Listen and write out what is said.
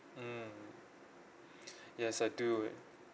mmhmm yes I do it